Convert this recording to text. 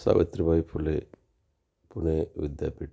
Savitribai Phule Pune Vidyapeeth